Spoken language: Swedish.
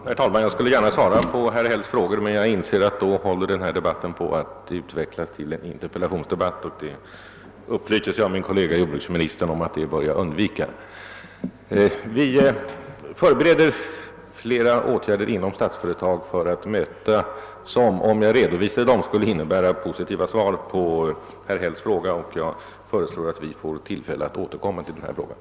Herr talman! Jag skulle gärna vilja svara på herr Hälls frågor, men jag inser att denna debatt då skulle hålla på att utvecklas till en interpellationsdebatt — något som jag av min kollega jordbruksministern upplysts om att vi bör undvika. Inom Statsföretag förebereder vi flera åtgärder som, om jag redovisade dem, skulle innebära positiva svar på herr Hälls fråga. Jag föreslår att vi får tillfälle att återkomma till saken.